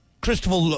Christopher